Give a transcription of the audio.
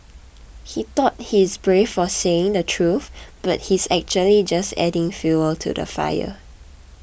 he thought he's brave for saying the truth but he's actually just adding fuel to the fire